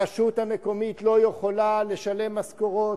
הרשות המקומית לא יכולה לשלם משכורות,